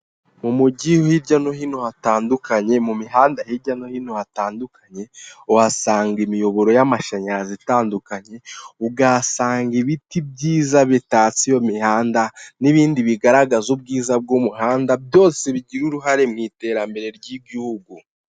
Mu mujyi hirya no hino hatandukanye, mu mihanda hirya no hino hatandukanye, uhasanga imiyoboro y'amashanyarazi itandukanye, ugasanga ibiti byiza bitatse iyo imihanda, n'ibindi bigaragaza ubwiza bw'umuhanda, byose bigira uruhare mu iterambere ry'igihugu.